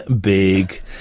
big